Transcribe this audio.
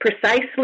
precisely